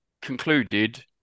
concluded